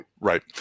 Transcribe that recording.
Right